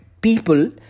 people